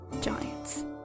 giants